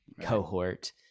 cohort